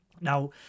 now